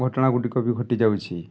ଘଟଣା ଗୁଡ଼ିକ ବି ଘଟିଯାଉଛି